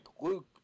Luke